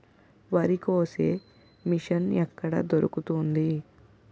వరి కోసే మిషన్ ఎక్కడ దొరుకుతుంది?